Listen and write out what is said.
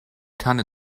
tanne